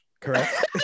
correct